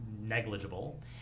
negligible